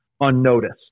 unnoticed